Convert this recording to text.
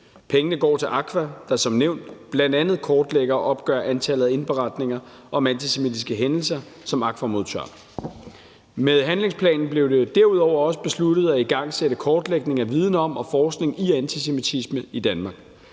Pengene går til AKVAH, der som nævnt bl.a. kortlægger og opgør antallet af indberetninger om antisemitiske hændelser, som AKVAH modtager. Med handlingsplanen blev det derudover også besluttet at igangsætte kortlægning af viden om og forskning i antisemitisme i Danmark.